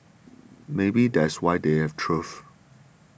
maybe that's why they've thrived